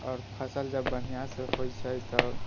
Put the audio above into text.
आओर फसल जब बढ़िऑं से होइ छै तऽ